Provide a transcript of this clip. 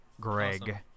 Greg